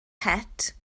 het